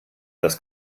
das